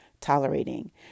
tolerating